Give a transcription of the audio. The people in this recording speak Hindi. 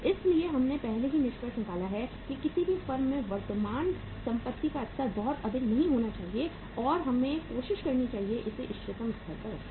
इसलिए हमने पहले ही निष्कर्ष निकाला है कि किसी भी फर्म में वर्तमान संपत्ति का स्तर बहुत अधिक नहीं होना चाहिए और हमें कोशिश करनी चाहिए इसे इष्टतम स्तर पर रखें